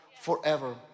forever